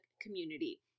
community